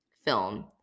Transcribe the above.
film